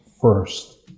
first